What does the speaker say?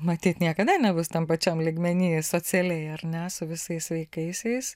matyt niekada nebus tam pačiam lygmeny socialiai ar ne su visais sveikaisiais